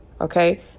okay